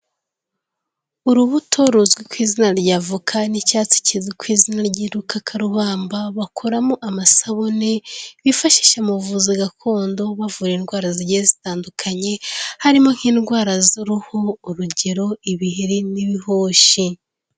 Urubuto ruzwi ku izina ry'avoka n'icyatsi kizwi ku izina ry'urukakarubamba, bakoramo amasabune bifashisha mu buvuzi gakondo bavura indwara zigiye zitandukanye, harimo nk'indwara z'uruhu urugero, ibiheri n'ibihoshi.